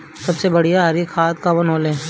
सबसे बढ़िया हरी खाद कवन होले?